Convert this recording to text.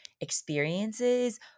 experiences